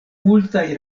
multaj